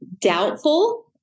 Doubtful